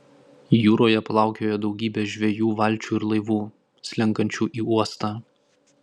jūroje plaukiojo daugybė žvejų valčių ir laivų slenkančių į uostą